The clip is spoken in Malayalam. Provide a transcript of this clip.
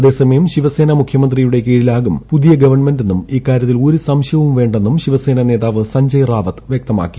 അതേസമയം ശിവസേനാ മുഖ്യമന്ത്രിയുടെ കീഴിലാകും പുതിയ ഗവൺമെന്റെയും ഇക്കാര്യത്തിൽ ഒരു സംശയവും വേണ്ടെന്നും ശിവസേന നേതാവ് സഞ്ജയ് റാവത്ത് വ്യക്തമാക്കി